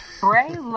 Bray